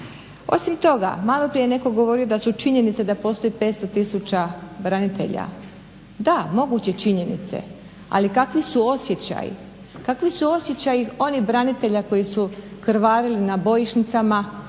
Osim toga, maloprije je neko govorio da su činjenice da postoji 500 tisuća branitelja, da moguće činjenice, ali kakvi su osjećaji. Kakvi su osjećaji onih branitelja koji su krvarili na bojišnicama,